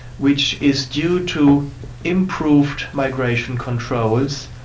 which is due to improved migration controls,